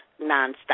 nonstop